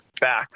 back